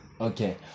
Okay